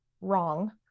wrong